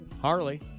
Harley